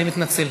אני מתנצל.